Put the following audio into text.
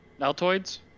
Altoids